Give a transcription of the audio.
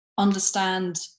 understand